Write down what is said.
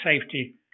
Safety